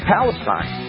Palestine